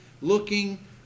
looking